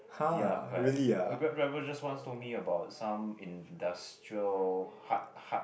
ya correct a Grab driver just once told me about some industrial hard hard